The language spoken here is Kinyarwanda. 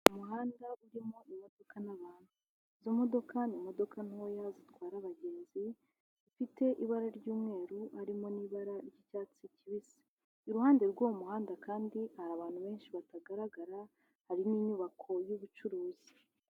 Umuhanda urimo imodoka n'abantu, izo modoka ni imodoka ntoya zitwara abagenzi zifite ibara ry'umweru harimo n'ibara ry'icyatsi kibisi. Iruhande rw'uwo muhanda kandi hari abantu benshi batagaragara, hari n'inyubako y'ubucuruzi.